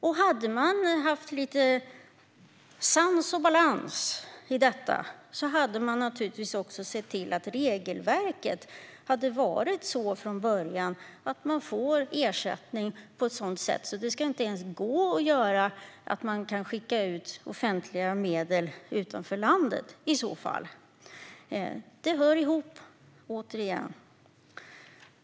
Om det hade funnits lite sans och balans i det hela skulle man naturligtvis ha sett till att regelverket för ersättningen hade varit annorlunda från början så att det hade varit omöjligt att föra ut offentliga medel från landet. Det hör ihop, återigen.